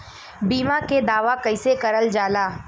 बीमा के दावा कैसे करल जाला?